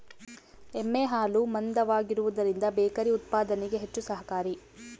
ಎಮ್ಮೆ ಹಾಲು ಮಂದವಾಗಿರುವದರಿಂದ ಬೇಕರಿ ಉತ್ಪಾದನೆಗೆ ಹೆಚ್ಚು ಸಹಕಾರಿ